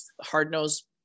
hard-nosed